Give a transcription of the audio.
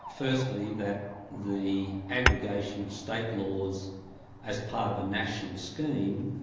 firstly, that the aggregation of state laws as part of a national scheme,